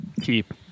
Keep